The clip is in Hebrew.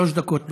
שלוש דקות.